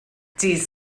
dydd